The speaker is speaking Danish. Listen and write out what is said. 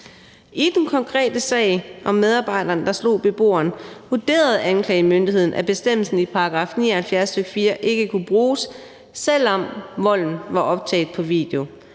I den konkrete sag om medarbejderen, der slog beboeren, vurderede anklagemyndigheden, at bestemmelsen i § 79, stk. 4, ikke kunne bruges, selv om volden var optaget på video,